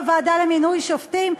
בוועדה לבחירת שופטים?